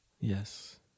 Yes